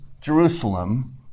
Jerusalem